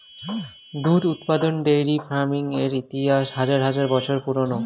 দুধ উৎপাদন dairy farming এর ইতিহাস হাজার হাজার বছর পুরানো